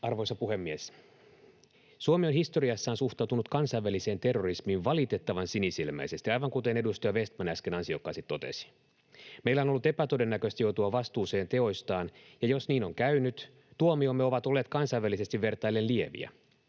Arvoisa puhemies! Suomi on historiassaan suhtautunut kansainväliseen terrorismiin valitettavan sinisilmäisesti, aivan kuten edustaja Vestman äsken ansiokkaasti totesi. Meillä on ollut epätodennäköistä joutua vastuuseen teoistaan, ja jos niin on käynyt, tuomiomme ovat olleet kansainvälisesti vertaillen lieviä.